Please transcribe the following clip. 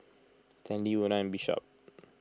Stanley Una Bishop